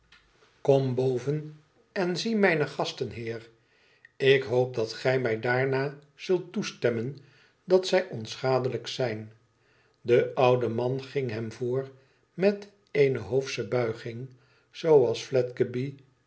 boven en zie mijne gasten heer ik hoop dat gij mij daarna zult toestemmen dat zij onschadelijk zijn de oude man ging hem voor met eene hoofische buiging